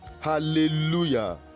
hallelujah